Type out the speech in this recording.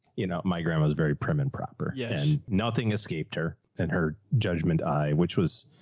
you know, my grandma was very prim and proper, yeah nothing escaped her and her judgment i, which was,